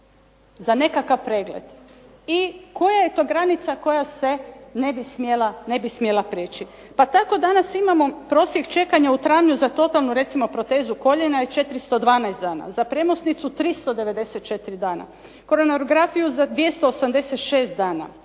za nekakav pregled i koja je to granica koja se ne bi smjela prijeći. Pa tako danas imamo prosjek čekanja u travnju za totalnu recimo protezu koljena je 412 dana, za premosnicu 394 dana, …/Ne razumije se./… za 286 dana,